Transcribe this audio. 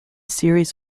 series